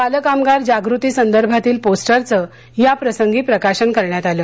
बालकामगार जागृती संदर्भातील पोस्टरचं याप्रसंगी प्रकाशन करण्यात आलं